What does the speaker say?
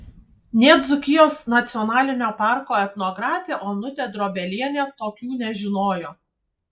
nė dzūkijos nacionalinio parko etnografė onutė drobelienė tokių nežinojo